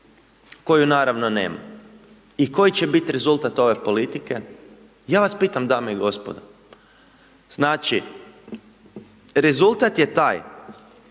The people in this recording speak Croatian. koju naravno nema i koji će biti rezultat ove politike? Ja vas pitam dame i gospodo. Znači, rezultat je taj